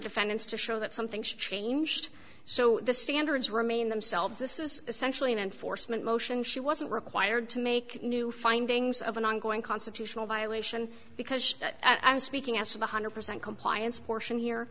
defendants to show that something's changed so the standards remain themselves this is essentially an enforcement motion she wasn't required to make new findings of an ongoing constitutional violation because i'm speaking as a one hundred percent compliance portion